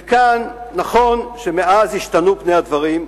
וכאן, נכון שמאז השתנו פני הדברים,